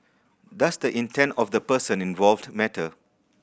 does the intent of the person involved matter